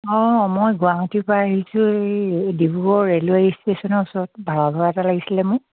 অঁ মই গুৱাহাটীৰপৰা আহিছোঁ এই ডিব্ৰুগড় ৰেলৱে ষ্টেশ্যনৰ ওচৰত ভাড়াঘৰ এটা লাগিছিলে মোক